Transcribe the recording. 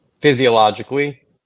physiologically